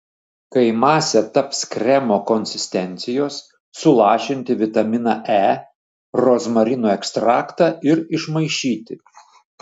kai masė taps kremo konsistencijos sulašinti vitaminą e rozmarinų ekstraktą ir išmaišyti